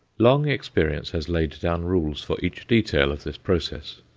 long experience has laid down rules for each detail of this process.